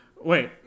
Wait